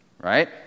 right